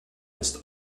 ist